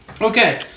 Okay